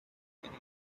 anyway